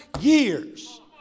years